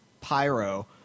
pyro